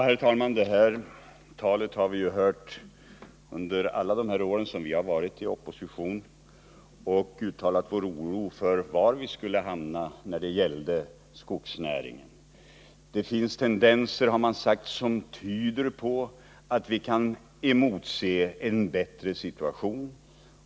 Herr talman! Sådant här tal har vi ju hört under alla de år som vi har varit i opposition och uttalat vår oro för var vi skulle hamna i fråga om skogsnäringen. Det finns tendenser, har man sagt, som tyder på att vi kan emotse en bättre situation.